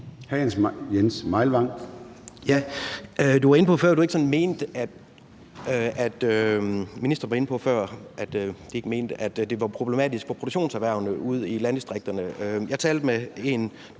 ikke mente, at det var problematisk for produktionserhvervene ude i landdistrikterne. Jeg talte med en